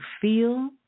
feel